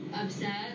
upset